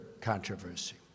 controversy